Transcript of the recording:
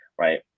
right